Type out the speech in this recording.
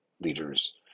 leaders